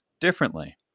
differently